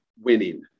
winning